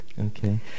Okay